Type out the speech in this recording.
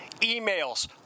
Emails